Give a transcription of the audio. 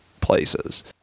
places